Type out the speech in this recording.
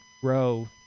grow